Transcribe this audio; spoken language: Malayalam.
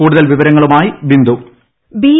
കൂടുതൽ വിവരങ്ങളുമായി ബിന്ദു വോയിസ് ബി